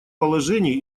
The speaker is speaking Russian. положении